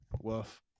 Woof